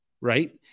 right